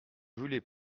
voulez